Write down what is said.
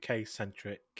uk-centric